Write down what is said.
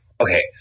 okay